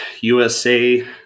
USA